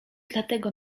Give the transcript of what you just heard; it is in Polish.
dlatego